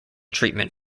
treatment